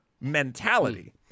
mentality